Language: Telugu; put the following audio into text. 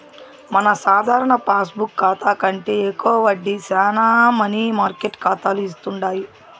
మన సాధారణ పాస్బుక్ కాతా కంటే ఎక్కువ వడ్డీ శానా మనీ మార్కెట్ కాతాలు ఇస్తుండాయి